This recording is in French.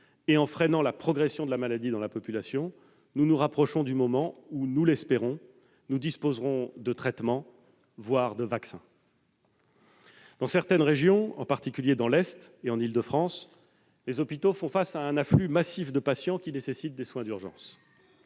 En freinant la progression de la maladie dans la population, nous nous rapprochons également du moment où, nous l'espérons, nous disposerons de traitements, voire de vaccins. Dans certaines régions, en particulier dans l'Est et en Île-de-France, les hôpitaux font face à un afflux massif de patients nécessitant des soins urgents.